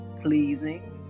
pleasing